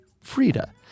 Frida